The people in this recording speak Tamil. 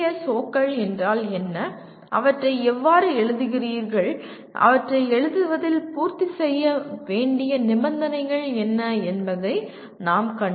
ஓக்கள் என்றால் என்ன அவற்றை எவ்வாறு எழுதுகிறீர்கள் அவற்றை எழுதுவதில் பூர்த்தி செய்ய வேண்டிய நிபந்தனைகள் என்ன என்பதை நாம் கண்டோம்